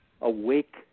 awake